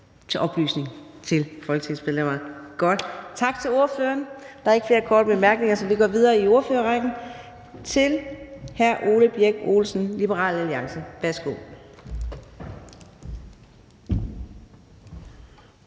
til oplysning for folketingsmedlemmerne. Godt. Tak til ordføreren. Der er ikke flere korte bemærkninger, så vi går videre i ordførerrækken til hr. Ole Birk Olesen, Liberal Alliance. Værsgo.